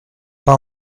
pas